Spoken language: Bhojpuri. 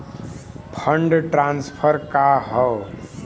फंड ट्रांसफर का हव?